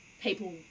people